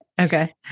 Okay